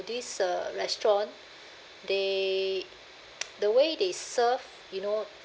this uh restaurant they the way they serve you know